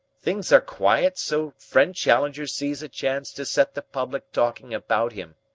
things are quiet, so friend challenger sees a chance to set the public talking about him.